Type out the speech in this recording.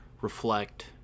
reflect